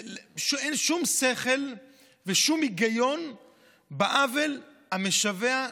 שאין שום שכל ושום היגיון בעוול המשווע,